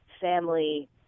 family